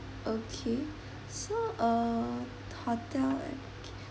okay so uh hotel